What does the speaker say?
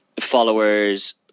followers